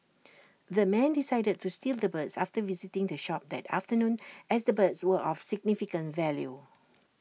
the men decided to steal the birds after visiting the shop that afternoon as the birds were of significant value